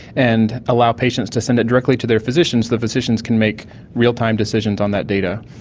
and allow patients to send it directly to their physicians. the physicians can make real-time decisions on that data.